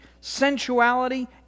Sensuality